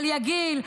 על יגיל,